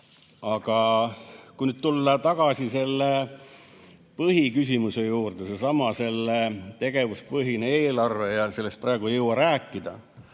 Aga kui nüüd tulla tagasi selle põhiküsimuse juurde, seesama tegevuspõhine eelarve, siis sellest praegu ei jõua rääkida,